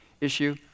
issue